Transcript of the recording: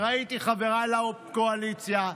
חבריי בקואליציה,